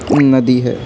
ندی ہے